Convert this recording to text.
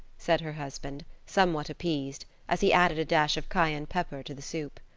said her husband, somewhat appeased, as he added a dash of cayenne pepper to the soup.